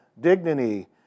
dignity